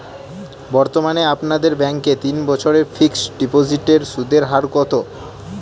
বর্তমানে আপনাদের ব্যাঙ্কে তিন বছরের ফিক্সট ডিপোজিটের সুদের হার কত?